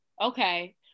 Okay